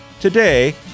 Today